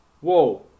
whoa